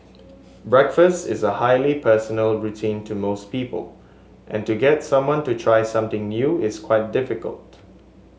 breakfast is a highly personal routine to most people and to get someone to try something new is quite difficult